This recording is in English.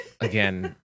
Again